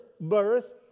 birth